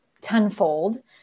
tenfold